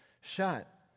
shut